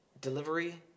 delivery